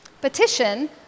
Petition